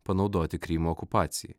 panaudoti krymo okupacijai